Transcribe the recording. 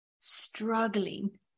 Struggling